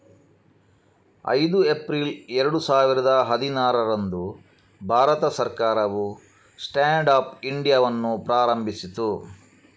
ಐದು ಏಪ್ರಿಲ್ ಎರಡು ಸಾವಿರದ ಹದಿನಾರರಂದು ಭಾರತ ಸರ್ಕಾರವು ಸ್ಟ್ಯಾಂಡ್ ಅಪ್ ಇಂಡಿಯಾವನ್ನು ಪ್ರಾರಂಭಿಸಿತು